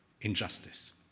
injustice